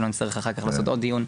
שלא נצטרך אחר כך לעשות עוד דיון,